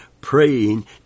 praying